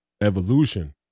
evolution